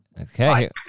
Okay